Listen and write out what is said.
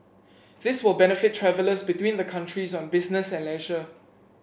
this will benefit travellers between the countries on business and leisure